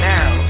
Now